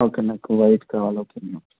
okay నాకు white కావాలి okay అమ్మ